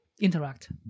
interact